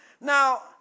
Now